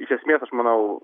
iš esmės aš manau